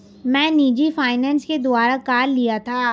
मैं निजी फ़ाइनेंस के द्वारा कार लिया था